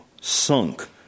sunk